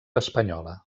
espanyola